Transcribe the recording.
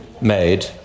made